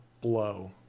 blow